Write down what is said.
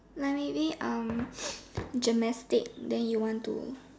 like maybe um gymnastic then you want to